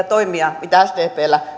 toimia mitä sdpn